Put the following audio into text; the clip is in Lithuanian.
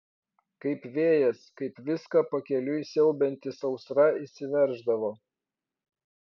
kaip vėjas kaip viską pakeliui siaubianti sausra įsiverždavo